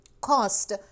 cost